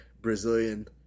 Brazilian